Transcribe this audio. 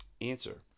Answer